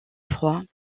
froid